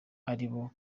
aribo